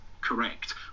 correct